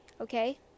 okay